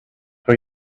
for